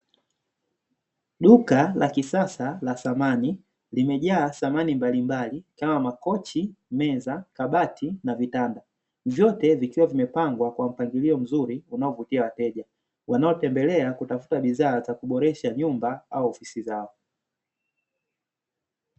Duka la kisasa la samani, limejaa samani mbalimbali kama: makochi, meza, kabati na vitanda, vyote vikiwa vimepangwa kwa mpangilio mzuri kwa kuwavutia wateja wanaopendelea kutafuta bidhaa za kuboresha nyumba au ofisi zao.